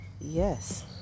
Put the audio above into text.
yes